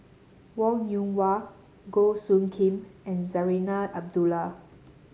Wong Yoon Wah Goh Soo Khim and Zarinah Abdullah